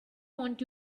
want